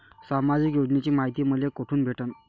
सामाजिक योजनेची मायती मले कोठून भेटनं?